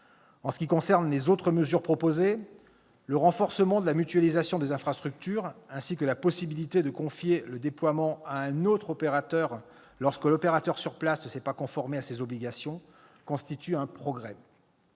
En ce qui concerne les autres mesures proposées, le renforcement de la mutualisation des infrastructures, ainsi que la possibilité de confier le déploiement à un autre opérateur lorsque l'opérateur sur place ne s'est pas conformé à ses obligations constituent un progrès.